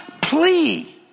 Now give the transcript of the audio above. plea